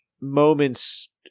moments